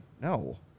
no